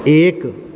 एक